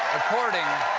according